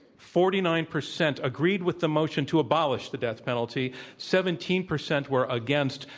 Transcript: forty nine percent agreed with the motion to abolish the death penalty, seventeen percent were against,